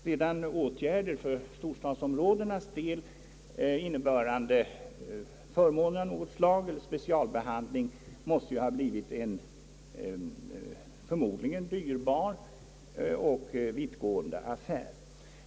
Redan åtgärder för storstadsområdenas del, innebärande förmåner av något slag eller specialbehandling, måste ha blivit en förmodligen dyrbar och vittgående affär.